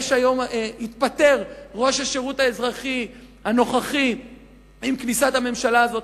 התפטר ראש השירות האזרחי הנוכחי עם כניסת הממשלה הזאת.